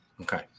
Okay